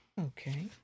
Okay